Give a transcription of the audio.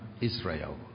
Israel